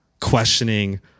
questioning